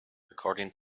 according